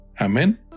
Amen